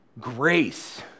grace